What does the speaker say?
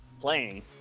playing